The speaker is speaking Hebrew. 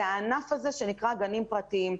זה הענף הזה שנקרא גנים פרטיים.